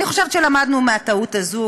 אני חושבת שלמדנו מהטעות הזו.